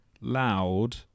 loud